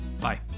Bye